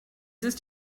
ist